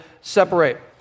separate